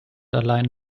allein